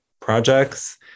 projects